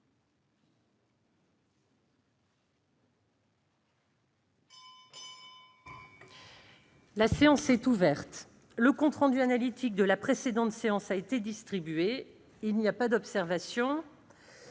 La séance est ouverte. Le compte rendu analytique de la précédente séance a été distribué. Il n'y a pas d'observation ?